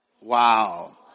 Wow